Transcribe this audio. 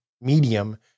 medium